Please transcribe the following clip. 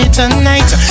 tonight